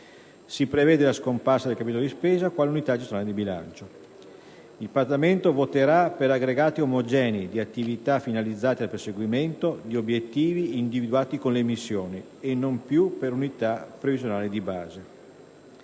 Si prevede la scomparsa del capitolo di spesa, quale unità gestionale del bilancio. II Parlamento voterà per «aggregati omogenei di attività finalizzate al perseguimento di obiettivi individuati con le missioni», e non più per unità previsionali di base.